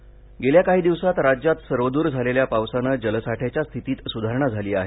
पाऊस जलसाठा गेल्या काही दिवसात राज्यात सर्वदूर झालेल्या पावसानं जलसाठ्याच्या स्थितीत सुधारणा झाली आहे